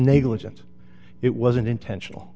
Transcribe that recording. negligent it wasn't intentional